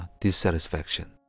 dissatisfaction